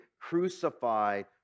crucified